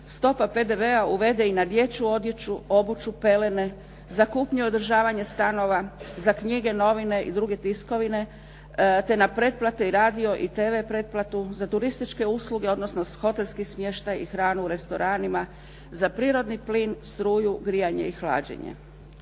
stopa PDV-a uvede i na dječju odjeću, obuću, pelene, za kupnju i održavanje stanova, za knjige, novine i druge tiskovine, te na pretplate, radio i TV pretplatu, za turističke usluge, odnosno hotelski smještaj i hranu u restoranima, za prirodni plin, struju, grijanje i hlađenje.